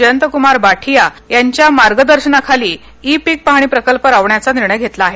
जयत क्मार बांठिया यांच्या मार्गदर्शनाखाली ई पीक पाहणी प्रकल्प राबविण्याचा निर्णय घेतला आहे